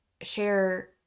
share